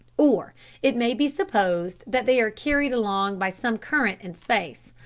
or it may be supposed that they are carried along by some current in space,